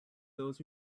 those